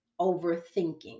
overthinking